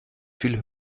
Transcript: viel